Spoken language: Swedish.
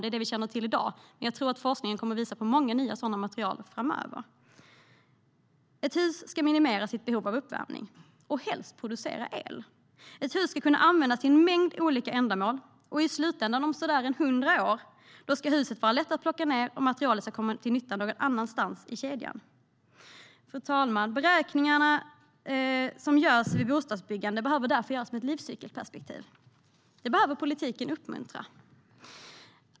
Det är vad vi känner till i dag, men jag tror att forskningen kommer att visa på många nya sådana material framöver. Ett hus ska minimera sitt behov av uppvärmning och helst producera el. Ett hus ska kunna användas till en mängd olika ändamål. I slutändan om ungefär 100 år ska huset vara lätt att plocka ned, och materialet ska komma till nytta någon annanstans i kedjan. Fru talman! Beräkningarna som görs i bostadsbyggandet behöver därför göras med ett livscykelperspektiv. Det behöver politiken uppmuntra.